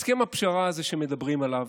הסכם הפשרה הזה שמדברים עליו,